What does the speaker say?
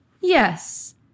Yes